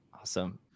Awesome